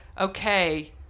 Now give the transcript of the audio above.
okay